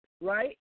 right